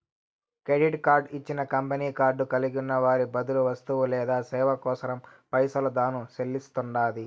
credit card ఇచ్చిన company card కలిగున్న వారి బదులు వస్తువు లేదా సేవ కోసరం పైసలు తాను సెల్లిస్తండాది